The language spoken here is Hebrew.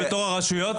בתוך הרשויות?